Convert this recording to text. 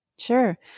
Sure